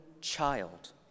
child